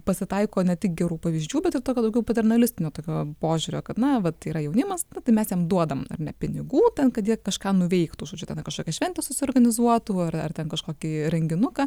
pasitaiko ne tik gerų pavyzdžių bet ir tokio daugiau paternalistinio tokio požiūrio kad na vat yra jaunimas tai mes jiem duodam ar ne pinigų ten kad jie kažką nuveiktų žodžiu tenai kažkokią šventę susiorganizuotų ar ar ten kažkokį renginuką